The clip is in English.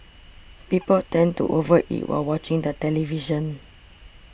people tend to over eat while watching the television